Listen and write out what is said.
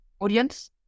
Audience